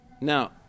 Now